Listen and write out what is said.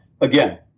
again